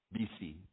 BC